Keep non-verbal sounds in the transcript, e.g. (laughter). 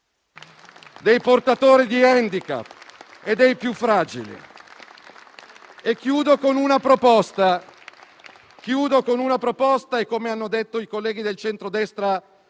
dei portatori di *handicap* e dei più fragili. (applause) Chiudo con una proposta e, come hanno detto i colleghi del centrodestra,